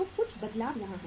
तो कुछ बदलाव यहाँ हैं